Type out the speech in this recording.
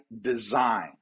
design